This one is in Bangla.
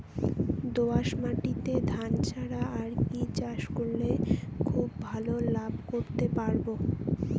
দোয়াস মাটিতে ধান ছাড়া আর কি চাষ করলে খুব ভাল লাভ করতে পারব?